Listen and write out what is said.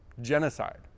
genocide